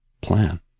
plan